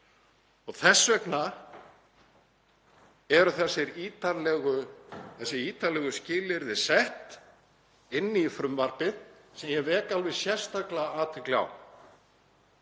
Þess vegna eru þessi ítarlegu skilyrði sett inn í frumvarpið sem ég vek alveg sérstaklega athygli á.